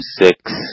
six